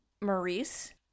Maurice